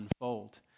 unfold